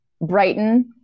Brighton